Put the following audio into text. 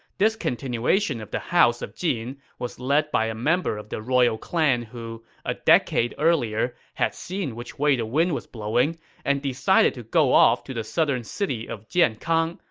this continuation of the house of jin was led by a member of the royal clan who, a decade earlier, had seen which way the wind was blowing and decided to go off to the southern city of jiankang,